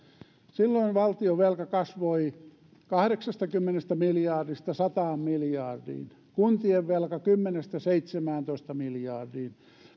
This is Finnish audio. silloin valtionvelka kasvoi kahdeksastakymmenestä miljardista sataan miljardiin kuntien velka kymmenestä seitsemääntoista miljardiin